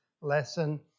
lesson